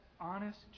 honest